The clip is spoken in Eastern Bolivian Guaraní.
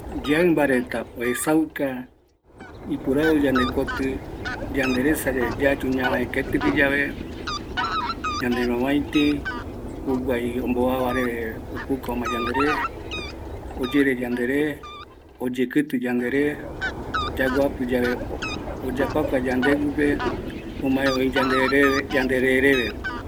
Yaimba reta oesauka iporoaiu yandekoti, yanderesa yave yayu ñavae keti gui yave, ñanerovaiti, juguai ombovava reve opuka omae yandere, oyere yandere, oyekiti yandere, yaguapi yave oyere yandere, oyapakua ome yendere reve